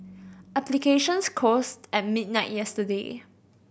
applications closed at midnight yesterday